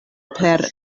per